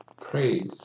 praise